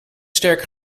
sterk